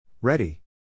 Ready